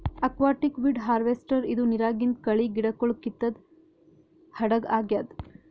aquatic weed harvester ಇದು ನಿರಾಗಿಂದ್ ಕಳಿ ಗಿಡಗೊಳ್ ಕಿತ್ತದ್ ಹಡಗ್ ಆಗ್ಯಾದ್